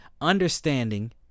Understanding